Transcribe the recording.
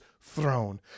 throne